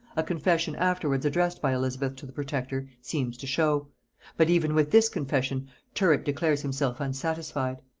a confession afterwards addressed by elizabeth to the protector seems to show but even with this confession tyrwhitt declares himself unsatisfied.